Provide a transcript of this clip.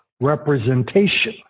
representation